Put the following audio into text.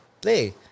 play